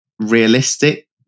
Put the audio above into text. realistic